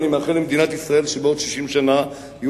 אני מאחל למדינת ישראל שבעוד 60 שנה יהיו